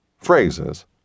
phrases